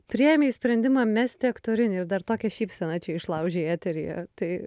priėmei sprendimą mesti aktorinį ir dar tokią šypseną čia išlaužei eteryje tai